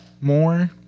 more